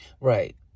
Right